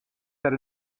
that